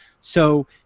So-